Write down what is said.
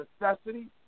necessity